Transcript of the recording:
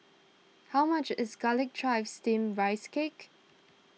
how much is Garlic Chives Steamed Rice Cake